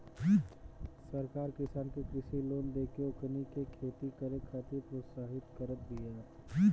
सरकार किसान के कृषि लोन देके ओकनी के खेती करे खातिर प्रोत्साहित करत बिया